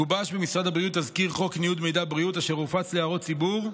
גובש במשרד הבריאות תזכיר חוק ניוד מידע בריאות והופץ להערות ציבור,